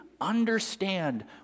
understand